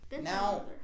Now